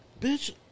bitch